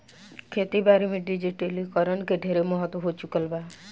खेती बारी में डिजिटलीकरण के ढेरे महत्व हो चुकल बा